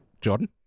Jordan